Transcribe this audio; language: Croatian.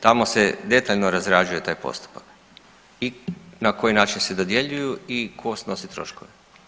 Tamo se detaljno razrađuje taj postupak i na koji način se dodjeljuju i tko snosi troškove.